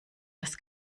das